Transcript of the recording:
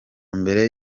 mbere